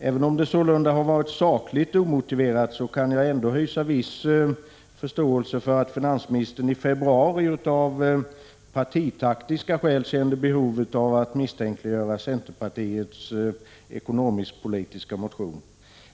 Även om det sålunda har varit sakligt omotiverat, kan jag hysa viss förståelse för att finansministern i februari av partipolitiskt taktiska skäl kände behov av att misstänkliggöra centerpartiets ekonomisk-politiska motion.